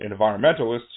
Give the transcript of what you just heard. Environmentalists